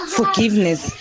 forgiveness